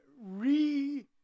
re